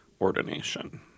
ordination